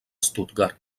stuttgart